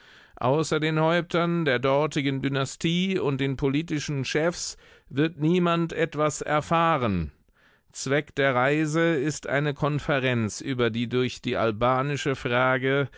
außer den häuptern der dortigen dynastie und den politischen chefs wird niemand etwas erfahren zweck der reise ist eine konferenz über die durch die albanische frage